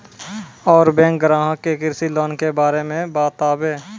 और बैंक ग्राहक के कृषि लोन के बारे मे बातेबे?